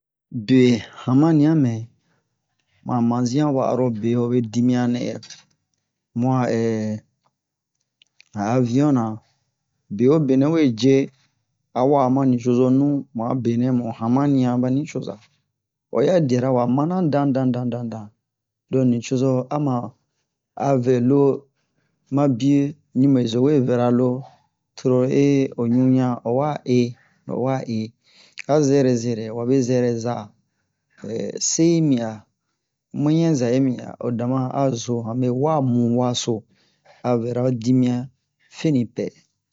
be hanmaniyan mɛ han mazin'an wa'arobe hobe dimiyan nɛ mu a han aviyon na bewobe nɛ we cee a wa'a ma nucozo nu mu a benɛ mu hanmaniyan ɓa nucozo wa ya yi diyara wa manna dan dan dan dan dan lo nucozo ama vɛ lo ma biye ɲunmezo we vera lo toro lo o ɲu ɲan o wa ee lo o wa ee a zɛrɛ zɛrɛ wabe zɛrɛ za se yi mi a mu'ɛnyɛn za yi mi a o dama o zo han wa muwa so a vɛra ho dimiyan feni pɛ